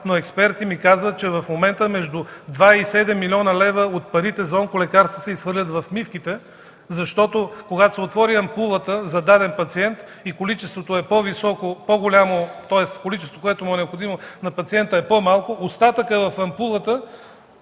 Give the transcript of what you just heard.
но експерти ми казват, че в момента между 2 и 7 млн. лв. от парите за онколекарства се изхвърлят в мивките, защото когато се отвори ампулата за даден пациент и количеството, което е необходимо на пациента, е по-малко, остатъкът в ампулата